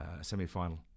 semi-final